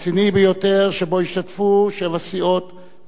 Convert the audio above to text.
שבו השתתפו שבע סיעות ומספר חברים